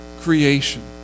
creation